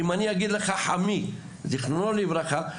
אני אגיד לך שחמי זיכרונו לברכה,